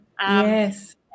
yes